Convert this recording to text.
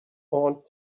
aunt